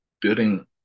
building